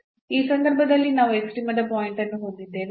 ಆ ಸಂದರ್ಭದಲ್ಲಿ ನಾವು ಎಕ್ಸ್ಟ್ರೀಮದ ಪಾಯಿಂಟ್ ಅನ್ನು ಹೊಂದಿದ್ದೇವೆ